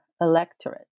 electorate